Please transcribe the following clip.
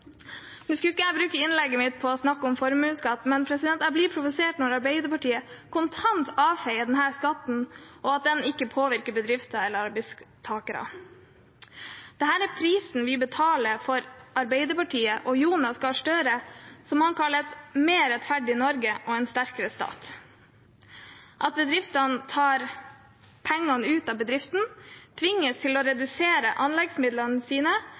Nå skulle ikke jeg bruke innlegget mitt på å snakke om formuesskatt, men jeg blir provosert når Arbeiderpartiet kontant avfeier denne skatten og at den ikke påvirker bedrifter eller arbeidstakere. Dette er prisen vi betaler for det Arbeiderpartiet og Jonas Gahr Støre kaller et mer rettferdig Norge og en sterkere stat – at bedriftene tar pengene ut av bedriften og tvinges til å redusere anleggsmidlene sine